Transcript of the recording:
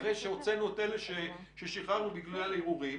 אחרי שהוצאנו את אלה ששחררנו בגלל ערעורים,